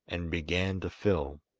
and began to fill.